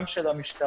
גם של המשטרה,